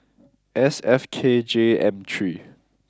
S F K J M three